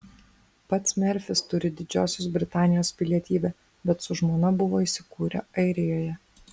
pats merfis turi didžiosios britanijos pilietybę bet su žmona buvo įsikūrę airijoje